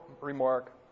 remark